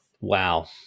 Wow